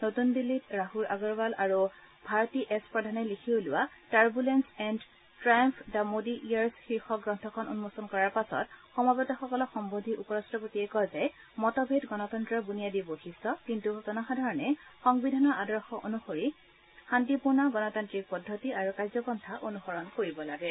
নতুন দিল্লীত ৰাহুল আগৰবাল আৰু ভাৰতী এছ প্ৰধানে লিখি উলিওৱা turbulence and triumph the Modi years শীৰ্ষক গ্ৰন্থখন উন্মোচন কৰাৰ পাছত সমবেতসকলক সম্বোধি উপ ৰাট্টপতিয়ে কয় যে মতভেদ গণতন্তৰৰ বুনিয়াদী বৈশিষ্ট্য কিন্তু জনসাধাৰণে সংবিধানৰ আদৰ্শ অনুসৰি শান্তিপূৰ্ণ গণতান্ত্ৰিক পদ্ধতি আৰু কাৰ্য্যপন্থা অনুসৰণ কৰিব লাগে